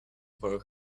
for